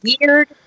weird